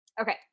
okay